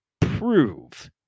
prove